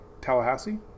Tallahassee